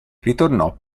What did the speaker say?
ritornò